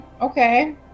Okay